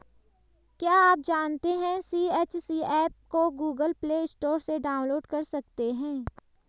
क्या आप जानते है सी.एच.सी एप को गूगल प्ले स्टोर से डाउनलोड कर सकते है?